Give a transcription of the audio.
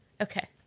Okay